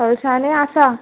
हळसाणें आसा